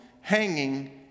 hanging